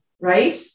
right